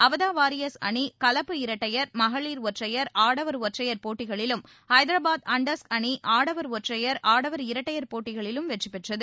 அவதா Warriors அணி கலப்பு இரட்டையர் மகளிர் ஒற்றையர் ஆடவர் ஒற்றையர் போட்டிகளிலும் ஐதராபாத் ஹண்டர்ஸ் அணி ஆடவர் ஒற்றையர் ஆடவர் இரட்டையர் போட்டிகளிலும் வெற்றிபெற்றது